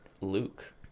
Luke